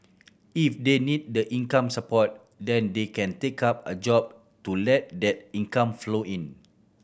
if they need the income support then they can take up a job to let that income flow in